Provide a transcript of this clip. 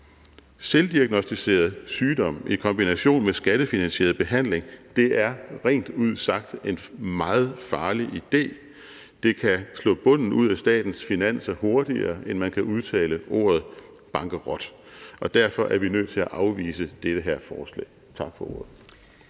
Selvdiagnosticeret sygdom i kombination med skattefinansieret behandling er rent ud sagt en meget farlig idé. Det kan slå bunden ud af statens finanser hurtigere, end man kan udtale ordet bankerot. Og derfor er vi nødt til at afvise det her forslag. Tak for ordet.